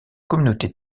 communauté